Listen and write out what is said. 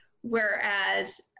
whereas